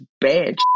bad